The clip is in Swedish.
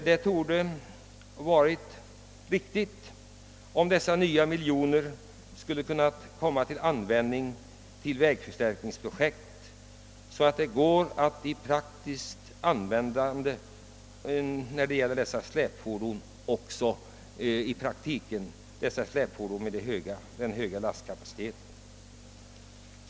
Det hade varit riktigt om dessa nya miljoner som den eventuellt höjda skatten ger används till vägförstärkningsprojekt, så att släpfordon med hög lastkapacitet skulle kunna få bärkraftiga vägar att köra på.